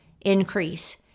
increase